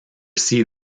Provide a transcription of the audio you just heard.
see